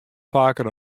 faker